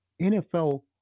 NFL